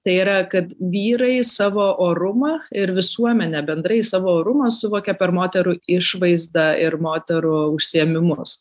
tai yra kad vyrai savo orumą ir visuomenę bendrai savo orumą suvokia per moterų išvaizdą ir moterų užsiėmimus